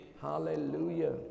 hallelujah